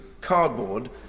cardboard